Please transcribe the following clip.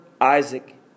Isaac